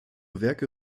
werke